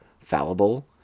fallible